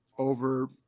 over